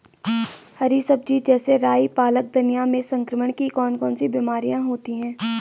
हरी सब्जी जैसे राई पालक धनिया में संक्रमण की कौन कौन सी बीमारियां होती हैं?